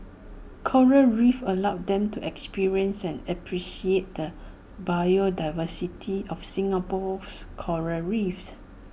Coral reefs allows them to experience and appreciate the biodiversity of Singapore's Coral reefs